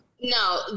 No